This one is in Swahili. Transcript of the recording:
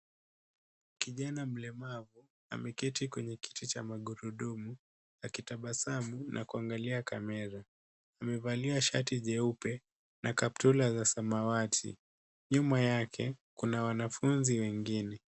Kijana mlemavu ameketi kwenye kiti cha magurudumu , akitabasamu na kuangalia kamera . Amevalia shati jeupe na kaptula la samawati . Nyuma yake kuna wanafunzi wengine.